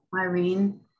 irene